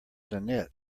knit